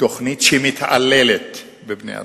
תוכנית שמתעללת בבני-אדם.